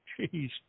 Jeez